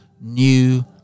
new